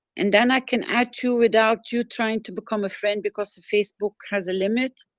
and then i can add to without you trying to become a friend because facebook has a limit.